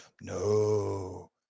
No